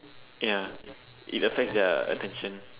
ya it affects their attention